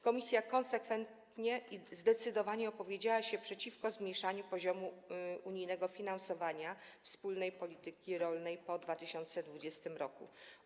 Komisja konsekwentnie i zdecydowanie opowiedziała się przeciwko zmniejszeniu poziomu unijnego finansowania wspólnej polityki rolnej po 2020 r.